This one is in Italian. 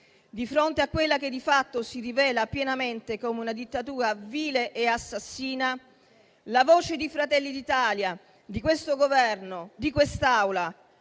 Di fronte a quella che di fatto si rivela pienamente come una dittatura vile e assassina, la voce di Fratelli d'Italia, di questo Governo, di quest'Assemblea